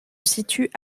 situe